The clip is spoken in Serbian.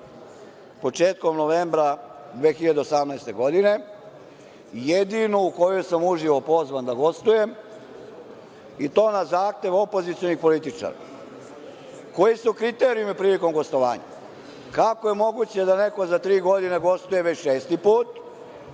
početkom novembra 2018. godine, jedinu u kojoj sam uživo pozvan da gostujem i to na zahtev opozicionih političara? Koji su kriterijumi prilikom gostovanja? Kako je moguće da neko za tri godine gostuje već šesti put